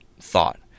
thought